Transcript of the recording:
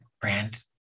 brand